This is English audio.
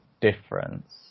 difference